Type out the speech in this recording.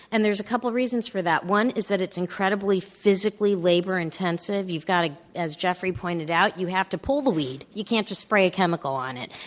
and there are a couple reasons for that. one is that it's incredibly physically labor intensive. you've got to as jeffrey pointed out, you have to pull the weed. you can't just spray a chemical on it.